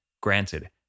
Granted